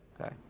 Okay